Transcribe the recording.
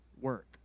work